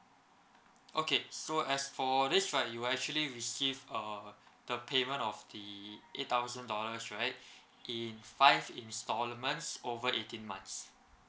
okay so as for this right you actually receive uh the payment of the eight thousand dollars right in five installments over eighteen months